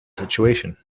situation